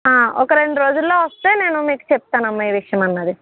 ఒక రెండు రోజుల్లో వస్తే నేను మీకు చెప్తానమ్మ ఏ విషయం అన్నది